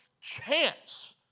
chance